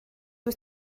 wyt